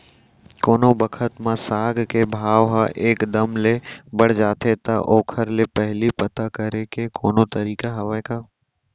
कोनो बखत म साग के भाव ह एक दम ले बढ़ जाथे त ओखर ले पहिली पता करे के कोनो तरीका हवय का?